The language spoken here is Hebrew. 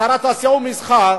שר התעשייה והמסחר,